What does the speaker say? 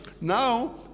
Now